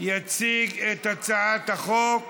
יציג את הצעת החוק